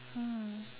mm